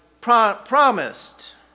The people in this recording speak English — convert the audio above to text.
promised